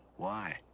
why?